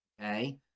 okay